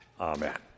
Amen